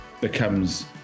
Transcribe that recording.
becomes